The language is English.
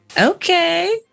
Okay